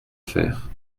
faire